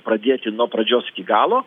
pradėti nuo pradžios iki galo